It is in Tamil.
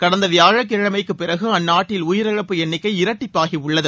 கடந்த வியாழக்கிழமைக்கு பிறகு அந்நாட்டின் உயிரிழப்பு எண்ணிக்கை இரட்டிப்பாகியுள்ளது